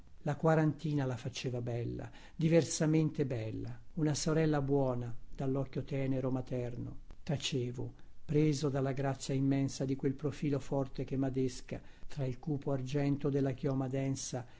la quarantina la faceva bella diversamente bella una sorella buona dallocchio tenero materno tacevo preso dalla grazia immensa di quel profilo forte che madesca tra il cupo argento della chioma densa